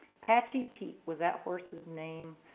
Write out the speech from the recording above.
patchy pete was that horse's name,